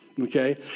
okay